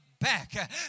back